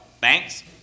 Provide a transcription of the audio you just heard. Thanks